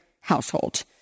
household